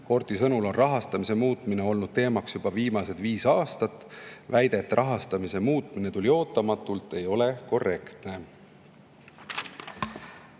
Koorti sõnul on rahastamise muutmine olnud teemaks juba viimased viis aastat. Väide, et rahastamise muutmine tuli ootamatult, ei ole korrektne.